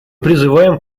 призываем